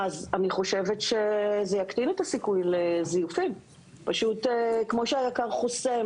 אני חושבת שזה יקטין את הסיכוי לזיופים; כמו שהיק"ר חוסם,